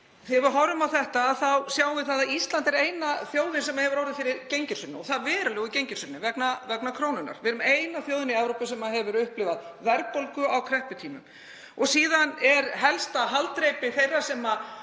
Þegar við horfum á þetta sjáum við að Ísland er eina þjóðin sem orðið hefur fyrir gengishruni, og það verulegu gengishruni, vegna krónunnar. Við erum eina þjóðin í Evrópu sem hefur upplifað verðbólgu á krepputímum. Síðan er helsta haldreipi þeirra sem